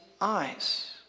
eyes